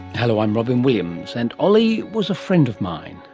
hello, i'm robyn williams, and oli was a friend of mine.